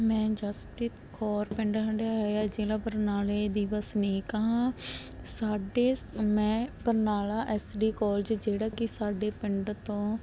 ਮੈਂ ਜਸਪ੍ਰੀਤ ਕੌਰ ਪਿੰਡ ਹੰਢਿਆਇਆ ਜ਼ਿਲ੍ਹਾ ਬਰਨਾਲੇ ਦੀ ਵਸਨੀਕ ਹਾਂ ਸਾਡੇ ਮੈਂ ਬਰਨਾਲਾ ਐਸ ਡੀ ਕਾਲਜ ਜਿਹੜਾ ਕਿ ਸਾਡੇ ਪਿੰਡ ਤੋਂ